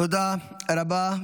תודה רבה.